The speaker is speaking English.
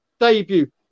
debut